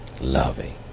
loving